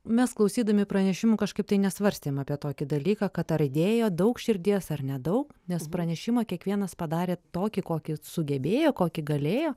mes klausydami pranešimų kažkaip tai nesvarstėm apie tokį dalyką kad ar įdėjo daug širdies ar nedaug nes pranešimą kiekvienas padarė tokį kokį sugebėjo kokį galėjo